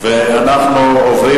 אנחנו עוברים